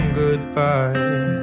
goodbye